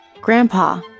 Grandpa